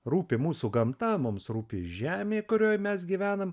rūpi mūsų gamta mums rūpi žemė kurioj mes gyvenam